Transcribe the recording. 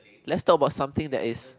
let's talk about something that is